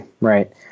right